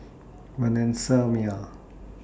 Vanessa Mae